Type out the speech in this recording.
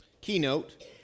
keynote